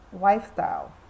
lifestyle